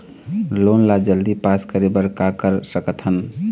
Loan ला जल्दी pass करे बर का कर सकथन?